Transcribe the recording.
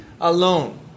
alone